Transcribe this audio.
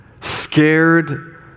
scared